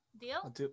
Deal